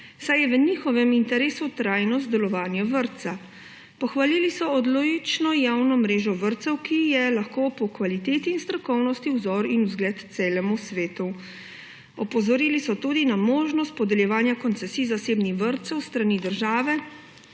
saj je v njihovem interesu trajnost delovanja vrtca. Pohvalili so odlično javno mrežo vrtcev, ki so lahko po kvaliteti in strokovnosti vzor in zgled celemu svetu. Opozorili so tudi na možnost podeljevanja koncesij zasebnim vrtcem s strani države